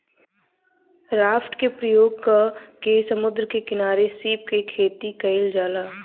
raft के प्रयोग क के समुंद्र के किनारे सीप के खेतीम कईल जाला